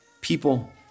people